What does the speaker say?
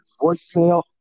voicemail